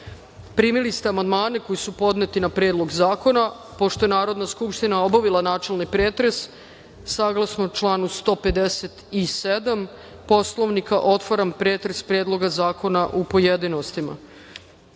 ste amandmane koji su podneti na Predlog zakona, pošto je Narodna skupština obavila načelni pretres, saglasno članu 157. Poslovnika, otvaram pretres Predloga zakona u pojedinostima. Na